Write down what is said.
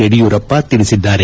ಯಡಿಯೂರಪ್ಪ ತಿಳಿಸಿದ್ದಾರೆ